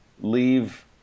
leave